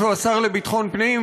שהוא השר לביטחון הפנים,